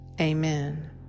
Amen